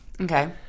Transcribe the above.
Okay